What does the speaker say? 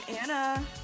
Anna